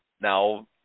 now